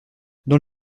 dans